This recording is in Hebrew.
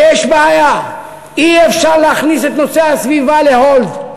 ויש בעיה, אי-אפשר להכניס את נושא הסביבה ל-hold.